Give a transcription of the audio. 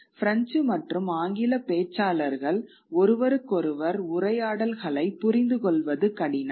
பிரஞ்சு மற்றும் ஆங்கில பேச்சாளர்கள் ஒருவருக்கொருவர் உரையாடல்களை புரிந்துகொள்வது கடினம்